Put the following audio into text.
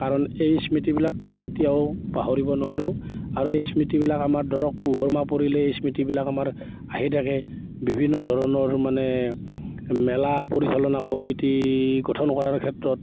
কাৰণ এই স্মৃতিবিলাক কেতিয়াও পাহৰিব নোৱাৰোঁ আৰু এই স্মৃতিবিলাক আমাৰ ধৰক পুহৰ মাহ পৰিলেই স্মৃতিবিলাক আমাৰ আহি থাকে বিভিন্ন ধৰণৰ মানে মেলা পৰিচালনা কমিটি গঠন কৰাৰ ক্ষেত্ৰত